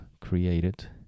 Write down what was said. created